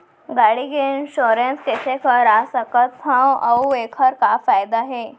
गाड़ी के इन्श्योरेन्स कइसे करा सकत हवं अऊ एखर का फायदा हे?